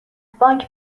بانک